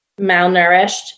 malnourished